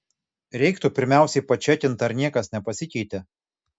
reiktų pirmiausiai pačekint ar niekas nepasikeitė